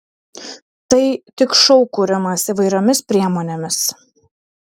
tai tik šou kūrimas įvairiomis priemonėmis